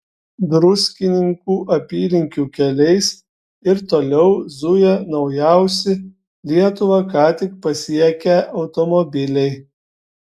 druskininkų apylinkių keliais ir toliau zuja naujausi lietuvą ką tik pasiekę automobiliai